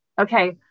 Okay